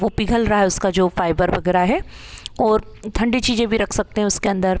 वो पिघल रहा है उसका जो फ़ाइबर वगैरह है और ठंडी चीज़ें भी रख सकते हैं उसके अंदर